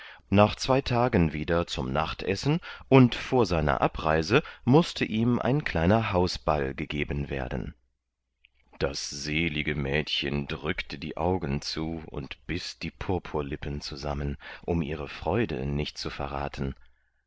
nach zwei tagen wieder zum nachtessen und vor seiner abreise mußte ihm ein kleiner hausball gegeben werden das selige mädchen drückte die augen zu und biß die purpurlippen zusammen um ihre freude nicht zu verraten